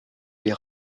les